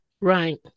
Right